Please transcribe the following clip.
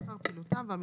חוץ מהוראות המעבר.